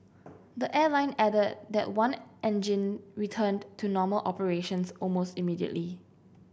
the airline added that one engine returned to normal operations almost immediately